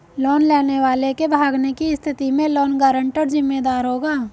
loan लेने वाले के भागने की स्थिति में लोन गारंटर जिम्मेदार होगा